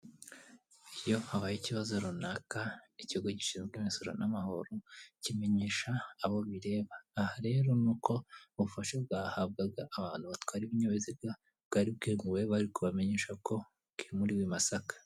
Iyo habayeho ikibazo runaka ikigo gishinzwe imisoro n'amahoro kimenyesha abo bireba. Aha rero nuko uko ubufasha bwahabwaga abantu batwara ibinyabiziga bwari bwemewe bari kubamenyesha ko bwimuriwe i Masaka.